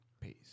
Peace